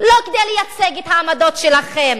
לא כדי לייצג את העמדות שלכם.